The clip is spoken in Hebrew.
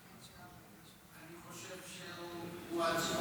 אני חושב שהוא עצמו.